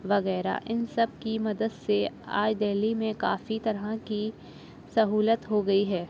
وغیرہ ان سب کی مدد سے آج دہلی میں کافی طرح کی سہولت ہو گئی ہے